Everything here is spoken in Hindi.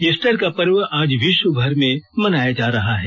ईस्टर का पर्व आज विश्वभर में मनाया जा रहा है